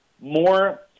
more